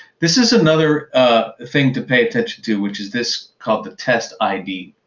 this is another thing to pay attention to, which is this called the test id.